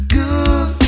good